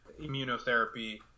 immunotherapy